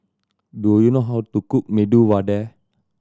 do you know how to cook Medu Vada